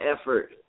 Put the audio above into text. effort